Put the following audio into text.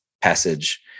passage